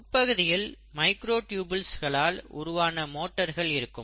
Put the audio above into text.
உட்பகுதியில் மைக்ரோடியூபுல்ஸ்களால் உருவான மோட்டர்கள் இருக்கும்